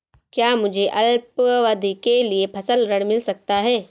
क्या मुझे अल्पावधि के लिए फसल ऋण मिल सकता है?